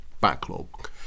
backlog